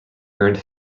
earned